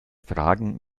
fragen